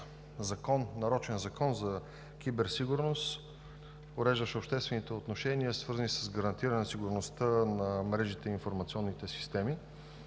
нарочен Закон за киберсигурност, уреждащ обществените отношения, свързани с гарантиране сигурността на мрежите и информационните системи.